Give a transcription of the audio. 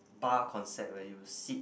bar concept where you sit